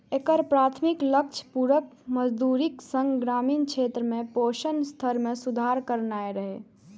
एकर प्राथमिक लक्ष्य पूरक मजदूरीक संग ग्रामीण क्षेत्र में पोषण स्तर मे सुधार करनाय रहै